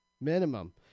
Minimum